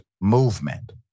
movement